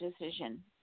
decision